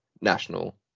national